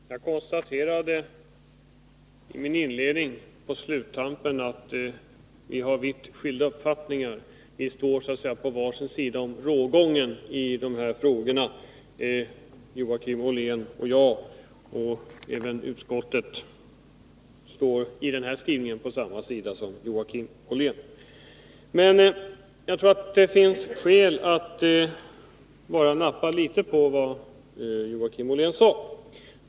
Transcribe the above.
Fru talman! Jag konstaterade i slutet av mitt inledningsanförande att vi har vitt skilda uppfattningar. Joakim Ollén och jag står så att säga på var sin sida om rågången i de här frågorna. Utskottet står i den här skrivningen på samma sida som Joakim Ollén. Men jag tror att det finns skäl att nappa litet på det Joakim Ollén sade.